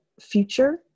future